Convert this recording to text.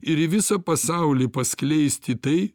ir į visą pasaulį paskleisti tai